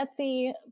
Etsy